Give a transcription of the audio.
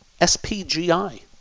SPGI